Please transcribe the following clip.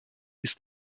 ist